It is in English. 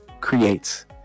creates